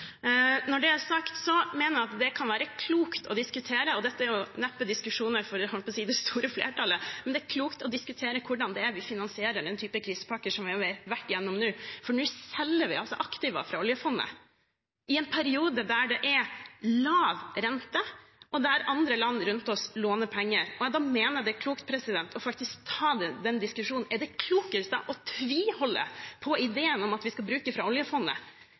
Når det er sagt, mener jeg at det kan være klokt å diskutere – dette er neppe diskusjoner for det store flertallet – hvordan vi finansierer den typen krisepakker som vi har vært igjennom nå. Nå selger vi altså aktiva fra oljefondet i en periode der det er lav rente, og der andre land rundt oss låner penger, og da mener jeg det er klokt å ta den diskusjonen: Er det klokt å tviholde på ideen om at vi skal bruke av oljefondet,